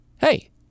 Hey